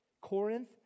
Corinth